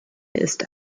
ist